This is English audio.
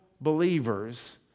believers